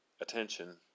attention